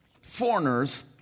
Foreigners